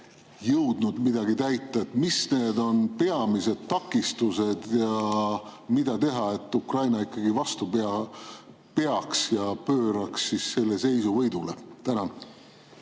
jõudnud midagi täita, siis mis on peamised takistused? Ja mida teha, et Ukraina ikkagi vastu peaks ja pööraks selle seisu võidule? Aitäh!